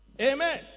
Amen